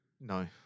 No